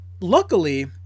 luckily